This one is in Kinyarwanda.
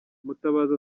mutabazi